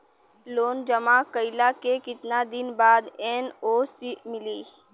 Loan जमा कइले के कितना दिन बाद एन.ओ.सी मिली?